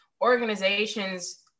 organizations